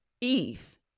Eve